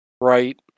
right